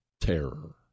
terror